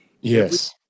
Yes